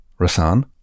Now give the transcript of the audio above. Rasan